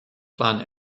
plant